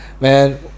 man